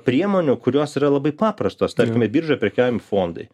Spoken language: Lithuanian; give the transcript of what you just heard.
priemonių kurios yra labai paprastos tarkime biržoj prekiaujami fondai